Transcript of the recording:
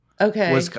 Okay